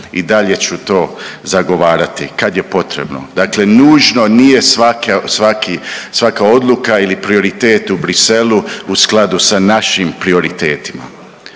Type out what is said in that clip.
I dalje ću to zagovarati kad je potrebno. Dakle, nužno nije svaka, svaki, svaka odluka ili prioritet u Bruxellesu u skladu sa našim prioritetima.